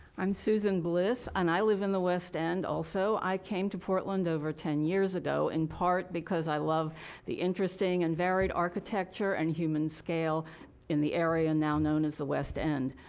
i'm sues soon bliss and i live in the west end also. i came to portland over ten years ago in part because i love the interesting and varied architecture and human scale in the area now known as the west end.